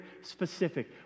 specific